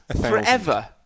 forever